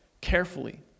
carefully